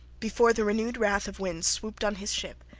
before the renewed wrath of winds swooped on his ship,